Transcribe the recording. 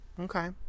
Okay